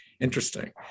Interesting